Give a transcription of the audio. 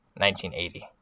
1980